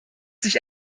sich